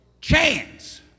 chance